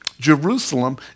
Jerusalem